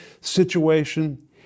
situation